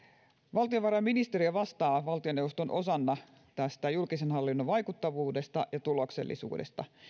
valtiovarainministeriö vastaa valtioneuvoston osana julkisen hallinnon vaikuttavuudesta ja tuloksellisuudesta